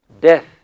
death